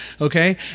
Okay